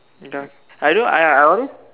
wait ah I don't know I I I always